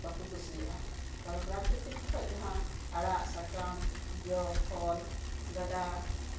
ᱵᱟᱠᱚ ᱠᱩᱥᱤᱭᱟᱜᱼᱟ ᱠᱟᱨᱚᱱ ᱯᱨᱟᱠᱨᱤᱛᱤᱠ ᱠᱷᱚᱱ ᱡᱟᱸᱦᱟ ᱟᱲᱟᱜ ᱥᱟᱠᱟᱢ ᱡᱚ ᱯᱷᱚᱞ ᱜᱟᱰᱟ